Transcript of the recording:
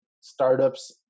startups